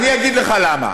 אגיד לך למה.